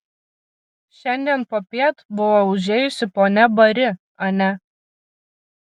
šiandien popiet buvo užėjusi ponia bari ane